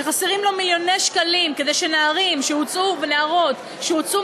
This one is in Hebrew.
שחסרים לו מיליוני שקלים כדי שנערים ונערות שהוצאו